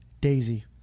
Daisy